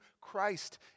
Christ